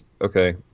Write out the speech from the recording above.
Okay